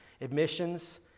admissions